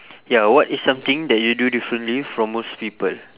ya what is something that you do differently from most people